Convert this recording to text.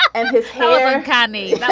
and his hair, cami, yeah